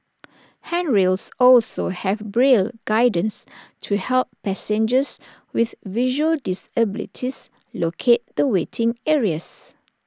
handrails also have braille guidance to help passengers with visual disabilities locate the waiting areas